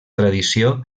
tradició